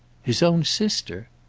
his own sister?